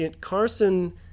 Carson